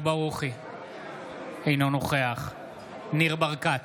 אינו נוכח ניר ברקת,